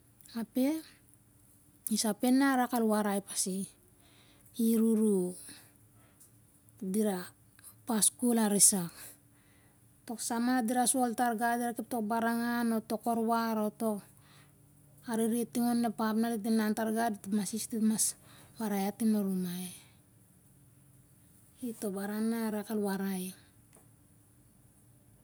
Ape isape na arak al warai pasi iruru diro pas kol arisak tok sama dira sol tar gau dira kep tok barangan o tok warwar o tok arere ting on ep ap dira inan tar gau dit mas is dit el warai iau tim brumai itobaran na arak al warai